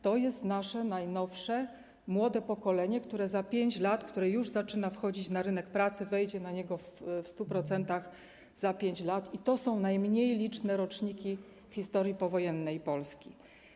To jest nasze najnowsze młode pokolenie, które już zaczyna wchodzić na rynek pracy, wejdzie na niego w 100% za 5 lat, i to są najmniej liczne roczniki w historii powojennej Polski.